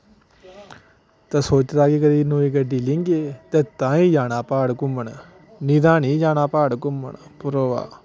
ते सोची ले कोई नमीं गड्डी लैंगे ते ताहीं जाना प्हाड़ घूमन नेईं ते नेईं जाना प्हाड़ घूमन भ्रावा